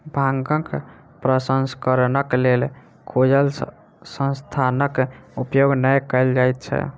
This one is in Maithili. भांगक प्रसंस्करणक लेल खुजल स्थानक उपयोग नै कयल जाइत छै